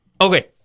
okay